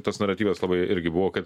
tas naratyvas labai irgi buvo kad